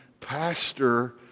pastor